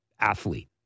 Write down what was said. athlete